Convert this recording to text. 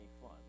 fun